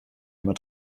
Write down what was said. immer